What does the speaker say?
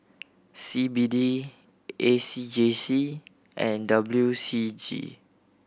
C B D A C J C and W C G